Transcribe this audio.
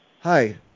Hi